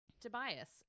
Tobias